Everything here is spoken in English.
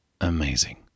amazing